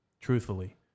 Truthfully